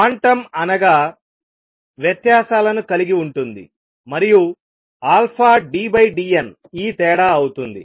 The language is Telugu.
క్వాంటం అనగా వ్యత్యాసాలను కలిగి ఉంటుంది మరియు ddn ఈ తేడా అవుతుంది